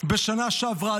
בשנה שעברה.